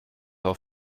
auf